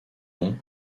nom